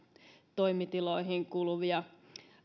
toimitiloihin kuluvia